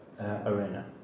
arena